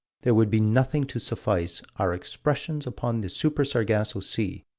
there would be nothing to suffice, our expression upon the super-sargasso sea,